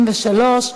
53)